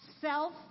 Self